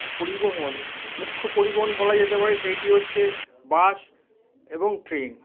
পরিবহন মুখ্য পরিবহন বলা যেতে পারে সেইটি হচ্ছে বাস এবং ট্রেন